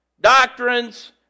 doctrines